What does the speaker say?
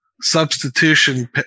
substitution